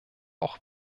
auch